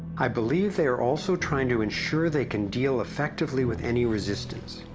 i believe they are also trying to insure they can deal effectively with any resistance.